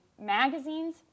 magazines